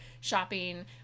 shopping